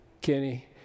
Kenny